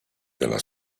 della